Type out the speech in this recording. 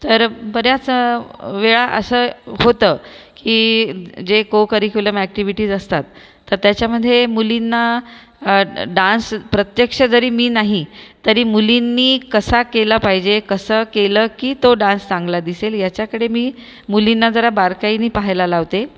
तर बऱ्याच वेळा असं होतं की जे कोकरीकुलम अक्टिव्हिटीज असतात तर त्याच्यामधे मुलींना डान्स प्रत्यक्ष जरी मी नाही तरी मुलींनी कसा केला पाहिजे कसं केलं की तो डांस चांगला दिसेल याच्याकडे मी मुलींना जरा बारकाईने पाहायला लावते